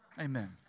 Amen